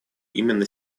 именно